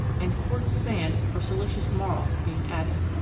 and quartz sand or silicious marl being added.